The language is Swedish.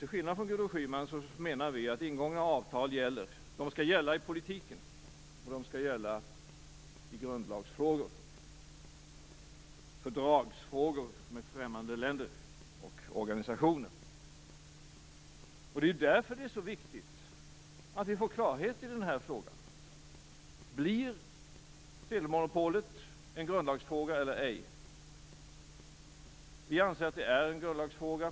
Till skillnad från Gudrun Schyman menar vi att ingångna avtal gäller i politiken, i grundlagsfrågor och i fördragsfrågor med främmande länder och organisationer. Det är därför viktigt att vi får klarhet i den här frågan. Blir sedelmonopolet en grundlagsfråga eller ej? Vi anser att det är en grundlagsfråga.